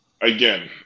again